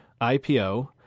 IPO